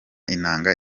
inanga